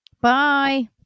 Bye